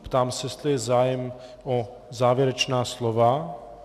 Ptám se, jestli je zájem o závěrečná slova.